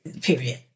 period